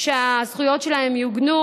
שהזכויות שלהן יעוגנו.